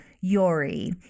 Yori